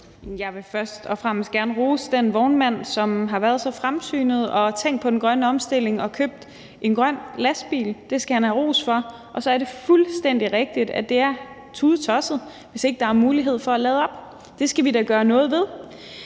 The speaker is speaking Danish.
Jeg vil først og fremmest gerne rose den vognmand, som har været så fremsynet, at han har tænkt på den grønne omstilling og købt en grøn lastbil – det skal han have ros for. Og så er det fuldstændig rigtigt, at det er tudetosset, hvis der ikke er mulighed for at lade op, og det skal vi da gøre noget ved.